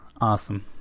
Awesome